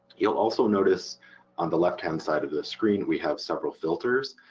you'll also notice on the left hand side of the screen we have several filters.